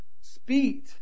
speed